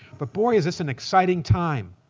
but, boy, is this an exciting time.